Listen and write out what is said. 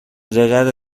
llegada